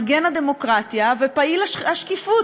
מגן הדמוקרטיה ופעיל השקיפות.